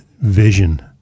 vision